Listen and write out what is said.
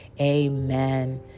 amen